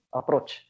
approach